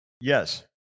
Yes